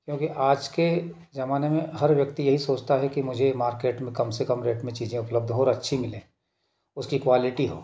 क्योंकि आज के जमाने में हर व्यक्ति यही सोचता है कि मुझे मार्केट में काम से कम रेट में चीज उपलब्ध हो और अच्छी मिले उसकी क्वालिटी हो